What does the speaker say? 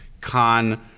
Khan